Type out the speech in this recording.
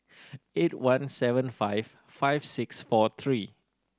eight one seven five five six four three